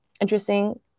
interesting